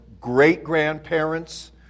great-grandparents